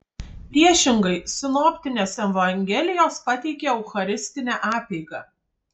priešingai sinoptinės evangelijos pateikia eucharistinę apeigą